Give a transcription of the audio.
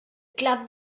club